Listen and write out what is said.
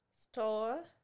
store